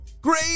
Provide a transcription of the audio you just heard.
Great